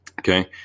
Okay